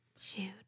Shoot